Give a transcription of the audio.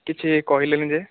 କିଛି କହିଲେନି ଯେ